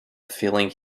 feeling